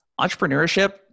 Entrepreneurship